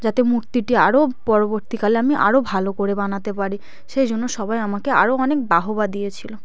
যাতে মূর্তিটি আরও পরবর্তীকালে আমি আরও ভালো করে বানাতে পারি সেই জন্য সবাই আমাকে আরও অনেক বাহবা দিয়েছিল